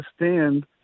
understand